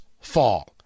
fall